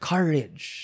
Courage